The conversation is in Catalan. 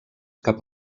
cap